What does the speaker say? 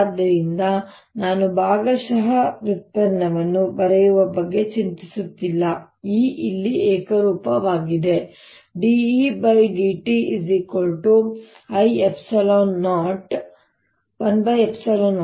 ಆದ್ದರಿಂದ ನಾನು ಭಾಗಶಃ ವ್ಯುತ್ಪನ್ನವನ್ನು ಬರೆಯುವ ಬಗ್ಗೆ ಚಿಂತಿಸುತ್ತಿಲ್ಲ E ಇಲ್ಲಿ ಏಕರೂಪವಾಗಿದೆ dE dt 1 ε0 A